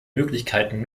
möglichkeiten